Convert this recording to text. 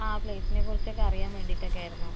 ആ പ്ലേസിനെ കുറിച്ചൊക്കെ അറിയാൻ വേണ്ടീട്ടൊക്കെയായിരുന്നു